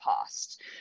past